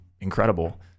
incredible